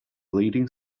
leading